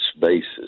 basis